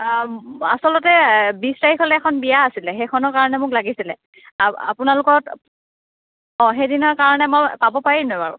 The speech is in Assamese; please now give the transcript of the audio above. আচলতে বিশ তাৰিখলৈ এখন বিয়া আছিল সেইখনৰ কাৰণে মোক লাগিছিল আও আপোনালোকৰ অঁ সেইদিনাৰ কাৰণে মই পাব পাৰিমনে বাৰু